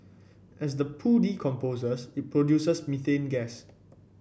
as the poo decomposes it produces methane gas